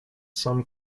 some